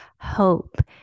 hope